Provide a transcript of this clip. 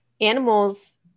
animals